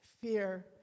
fear